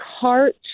cart